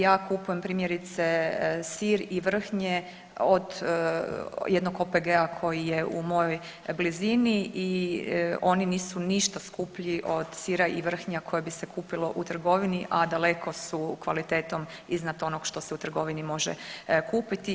Ja kupujem primjerice sir i vrhnje od jednog OPG-a koji je u mojoj blizini i oni nisu ništa skuplji od sira i vrhnja koje bi se kupilo u trgovini, a daleko su kvalitetom iznad onog što se u trgovini može kupiti.